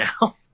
now